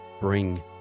bring